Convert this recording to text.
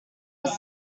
was